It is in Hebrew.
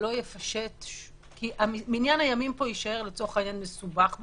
כי מניין הימים יישאר מסובך במירכאות,